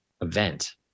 event